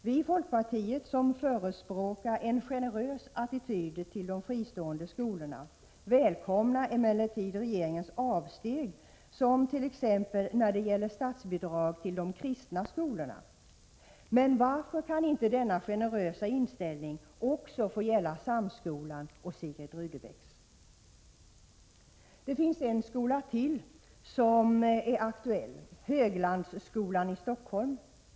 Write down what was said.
Vi i folkpartiet, som förespråkar en generös attityd till de fristående skolorna, välkomnar emellertid regeringens avsteg, t.ex. när det gäller statsbidrag till kristna skolor. Men varför kan inte denna generösa inställning få gälla också högre samskolan och Sigrid Rudebecks gymnasium? Det finns en skola till som är aktuell, Höglandsskolan i Stockholm.